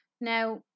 Now